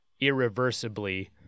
irreversibly